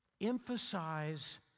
Emphasize